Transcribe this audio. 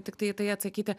tiktai į tai atsakyti